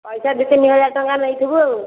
ପଇସା ଦୁଇ ତିନି ହଜାର ଟଙ୍କା ନେଇଥିବୁ ଆଉ